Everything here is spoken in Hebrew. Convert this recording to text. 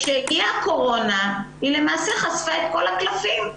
כשהגיעה הקורונה היא למעשה חשפה את כל הקלפים.